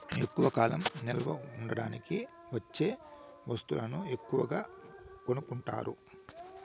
ఎక్కువ కాలం నిల్వ ఉంచడానికి వచ్చే వస్తువులను ఎక్కువగా కొనుక్కుంటారు